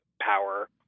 power